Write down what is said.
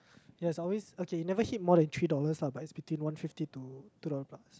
ya it's always okay never hit more than three dollars lah but it's between one fifty to two dollar plus